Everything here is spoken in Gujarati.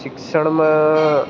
શિક્ષણમાં